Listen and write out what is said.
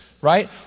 right